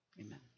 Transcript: Amen